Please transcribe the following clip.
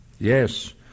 Yes